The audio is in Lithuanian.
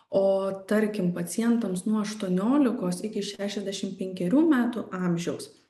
o tarkim pacientams nuo aštuoniolikos iki šešiasdešimt penkerių metų amžiaus